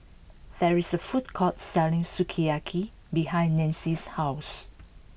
there is a food court selling Sukiyaki behind Nanci's house